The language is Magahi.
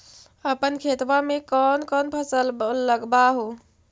अपन खेतबा मे कौन कौन फसल लगबा हू?